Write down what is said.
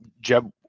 Jeb